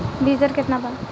बीज दर केतना बा?